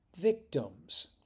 victims